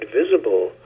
visible